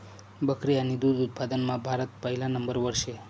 बकरी आणि दुध उत्पादनमा भारत पहिला नंबरवर शे